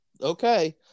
okay